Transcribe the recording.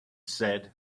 said